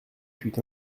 fut